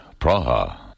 Praha